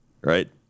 Right